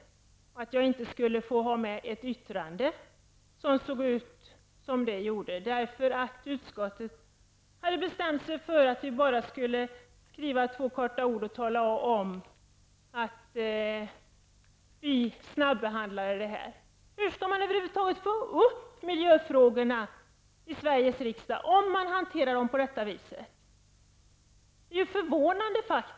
Jag skulle inte få ha med ett yttrande som såg ut på det sättet, för utskottet hade bestämt sig för att vi bara skulle skriva några få ord och tala om att vi snabbehandlade detta ärende. Hur skall man över huvud taget få upp miljöfrågorna i Sveriges riksdag, om man hanterar dem på detta vis? Detta är ju förvånande.